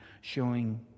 showing